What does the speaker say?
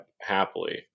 happily